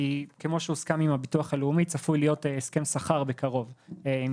כי כמו שהוסכם עם הביטוח הלאומי צפוי להיות הסכם שכר בקרוב עם